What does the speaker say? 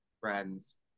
friends